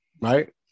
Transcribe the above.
Right